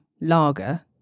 lager